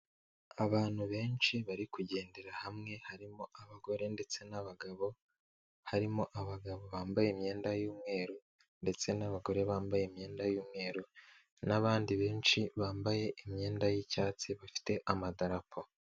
Abantu benshi bari kugendera hamwe harimo abagore ndetse n'abagabo, harimo abagabo bambaye imyenda y'umweru ndetse n'abagore bambaye imyenda y'umweru n'abandi benshi bambaye imyenda y'icyatsi bafite amadarapo.